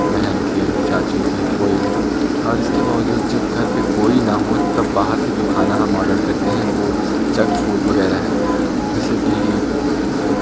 बहन के चाची के कोई भी और इसके बावजूद जब घर के कोई ना हो तब बाहर से जो खाना हम ऑर्डर करते हैं वो जंक फूड वग़ैरह है जैसे कि